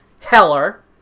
Heller